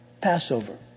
Passover